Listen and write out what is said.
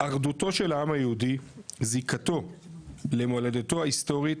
"אחדותו של העם היהודי, זיקתו למולדתו ההיסטורית,